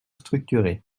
structuré